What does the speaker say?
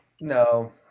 No